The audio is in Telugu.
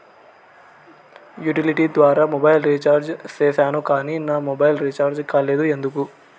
యుటిలిటీ ద్వారా మొబైల్ రీచార్జి సేసాను కానీ నా మొబైల్ రీచార్జి కాలేదు ఎందుకు?